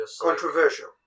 Controversial